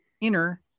inner